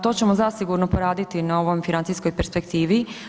To ćemo zasigurno poraditi na ovoj financijskoj perspektivi.